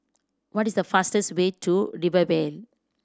what is the fastest way to Rivervale